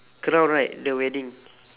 crown right the wedding